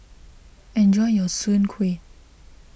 enjoy your Soon Kuih